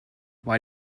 why